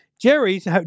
Jerry's